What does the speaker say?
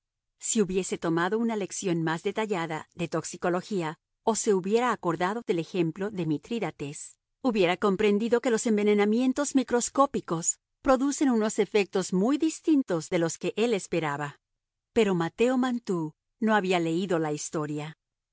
si hubiese tomado una lección más detallada de toxicología o se hubiera acordado del ejemplo de mitrídates hubiera comprendido que los envenenamientos microscópicos producen unos efectos muy distintos de los que él esperaba pero mateo mantoux no había leído la historia